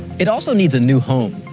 it also needs a new home.